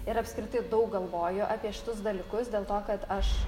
ir apskritai daug galvoju apie šitus dalykus dėl to kad aš